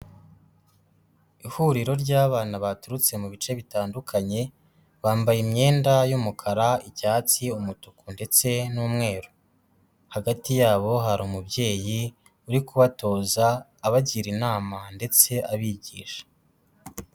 Ihuriro ry'abana baturutse mu bice bitandukanye, bambaye imyenda y'umukara, icyatsi, umutuku ndetse n'umweru, hagati yabo hari umubyeyi uri kubatoza abagira inama ndetse abigisha.